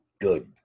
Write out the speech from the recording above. Good